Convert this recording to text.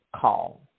call